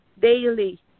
daily